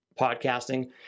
podcasting